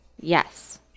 Yes